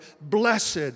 blessed